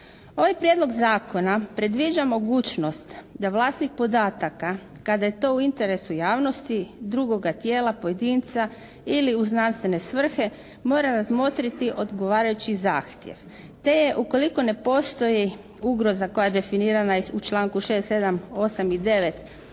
Ovaj prijedlog zakona predviđa mogućnost da vlasnik podataka kada je to u interesu javnosti drugoga tijela, pojedinca ili u znanstvene svrhe mora razmotriti odgovarajući zahtjev te ukoliko ne postoji ugroza koja je definirana u članku 6l.,